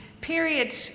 period